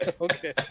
Okay